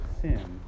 sin